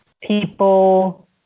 people